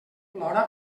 plora